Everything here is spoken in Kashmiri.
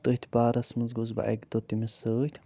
تٔتھۍ بارس منٛز گوس بہٕ اَکہِ دۄہ تٔمِس سۭتۍ